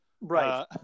Right